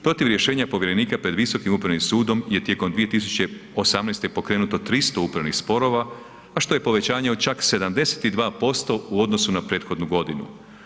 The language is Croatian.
Protiv rješenja povjerenika pred Visokim upravnim sudom je tijekom 2018. pokrenuto 300 upravnih sporova, a što je povećanje od čak 72% u odnosu na prethodnu godinu.